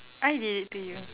I did it to you